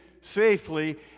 safely